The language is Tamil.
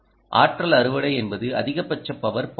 ஆற்றல் அறுவடை என்பது அதிகபட்ச பவர் பாயிண்ட்